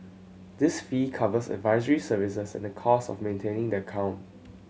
this fee covers advisory services and the cost of maintaining the account